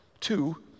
Two